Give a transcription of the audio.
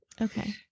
okay